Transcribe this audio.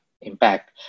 impact